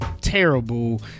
terrible